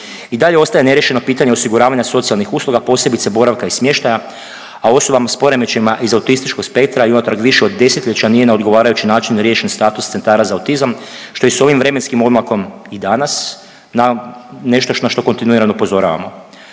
I dalje ostaje neriješeno pitanje osiguravanja socijalnih usluga, posebice boravka i smještaja, a osobama s poremećajima iz autističnog spektra i unutar više od desetljeća nije na odgovarajući način riješen status centara za autizam, što je s ovim vremenskim odmakom i danas na nešto što kontinuirano upozoravamo.